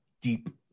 deep